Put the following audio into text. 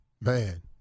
Man